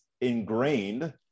ingrained